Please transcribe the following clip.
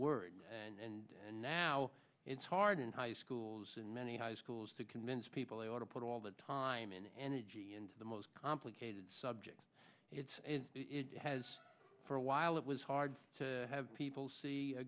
word and now it's hard in high schools and many high schools to convince people they ought to put all the time and energy into the most complicated subject it has for a while it was hard to have people see a